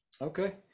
Okay